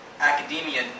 academia